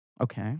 okay